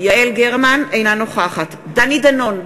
אינה נוכחת דני דנון,